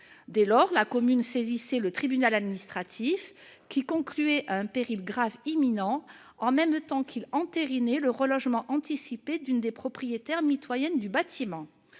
Dès lors, la commune saisissait le tribunal administratif, qui concluait à un péril grave imminent, en même temps qu'il entérinait le relogement anticipé d'une des propriétaires mitoyennes du bâtiment.